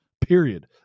period